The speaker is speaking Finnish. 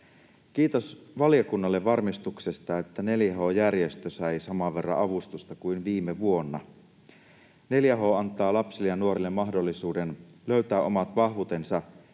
Kiitos valiokunnalle varmistuksesta, että 4H-järjestö sai saman verran avustusta kuin viime vuonna. 4H antaa lapsille ja nuorille mahdollisuuden löytää omat vahvuutensa